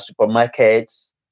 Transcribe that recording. supermarkets